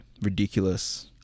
Ridiculous